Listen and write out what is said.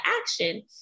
action